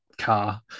car